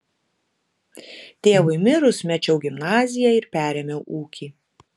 tėvui mirus mečiau gimnaziją ir perėmiau ūkį